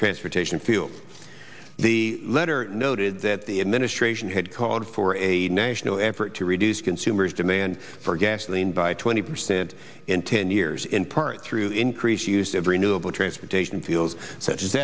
transportation fuel the letter noted that the administration had called for a national effort to reduce consumers demand for gasoline by twenty percent in ten years in part through increased use of renewable transportation fuels such as